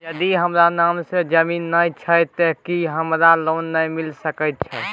यदि हमर नाम से ज़मीन नय छै ते की हमरा लोन मिल सके छै?